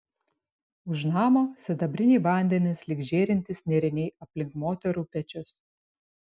už namo sidabriniai vandenys lyg žėrintys nėriniai aplink moterų pečius